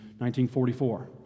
1944